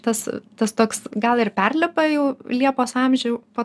tas tas toks gal ir perlipa jau liepos amžių po